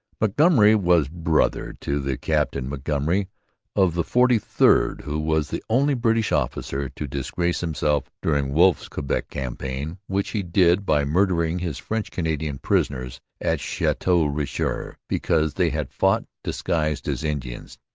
montgomery was brother to the captain montgomery of the forty third who was the only british officer to disgrace himself during wolfe's quebec campaign, which he did by murdering his french-canadian prisoners at chateau richer because they had fought disguised as indians.